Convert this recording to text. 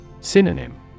Synonym